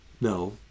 No